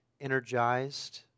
energized